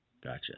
Gotcha